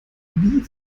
wie